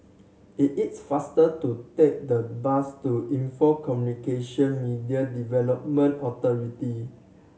it is faster to take the bus to Info Communications Media Development Authority